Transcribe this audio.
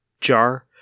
jar